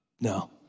No